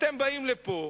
אתם באים לפה,